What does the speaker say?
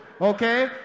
Okay